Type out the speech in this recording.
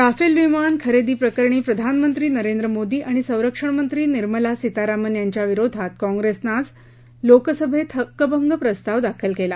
Rafale विमान खरेदी प्रकरणी प्रधानमंत्री नरेंद्र मोदी आणि संरक्षणमंत्री निर्मला सीतारामन यांच्या विरोधात काँग्रेसनं आज लोकसभेत हक्कभंग प्रस्ताव दाखल केला